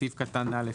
בסעיף קטן (א),